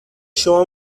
شما